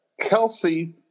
Kelsey